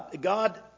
God